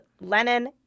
Lenin